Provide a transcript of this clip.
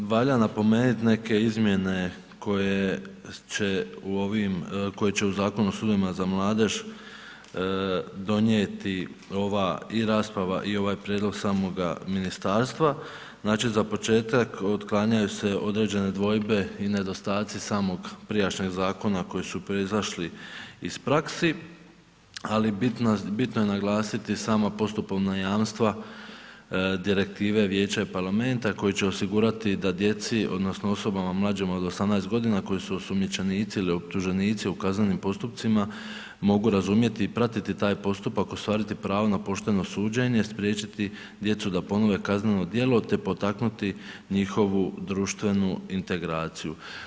Valjda napomenuti neke izmjene koje će u Zakonu o sudovima za mladež donijeti ova i rasprava i ovaj prijedlog samoga ministarstva, znači za početak otklanjanju određene dvojbe i nedostaci samog prijašnjeg zakona koji su proizašli iz praksi ali bitno je naglasiti sama postupovna jamstva direktive Vijeća i parlamenta koji će osigurati da djeci odnosno osobama mlađima od 18 g. koji su osumnjičenici ili optuženici u kaznenim postupcima, mogu razumjeti i pratiti taj postupak, ostvariti pravo na pošteno suđenje, spriječiti djecu da ponove kazneno djelo te potaknuti njihovu društvenu integraciju.